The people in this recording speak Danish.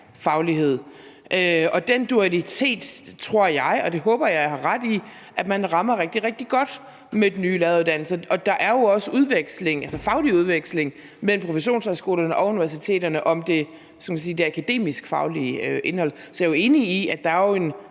faglighed. Den dualitet tror jeg – og det håber jeg at jeg har ret i – at man rammer rigtig, rigtig godt med den nye læreruddannelse. Der er jo også udveksling, altså faglig udveksling, mellem professionshøjskolerne og universiteterne om det akademiske faglige indhold. Så jeg er jo enig i, at der er en